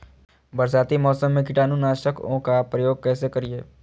बरसाती मौसम में कीटाणु नाशक ओं का प्रयोग कैसे करिये?